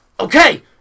Okay